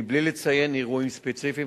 בלי לציין אירועים ספציפיים.